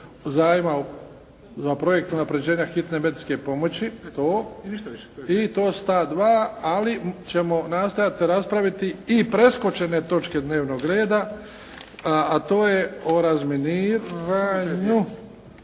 Zajma za projekt unapređenja hitne medicinske pomoći. I to su ta dva ali ćemo nastojati raspraviti i preskočene dnevnog reda a to je o razminiranju